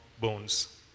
bones